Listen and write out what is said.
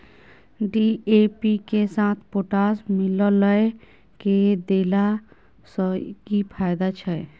DAP के साथ potash मिललय के देला स की फायदा छैय?